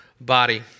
body